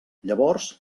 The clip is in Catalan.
llavors